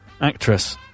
Actress